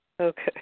Okay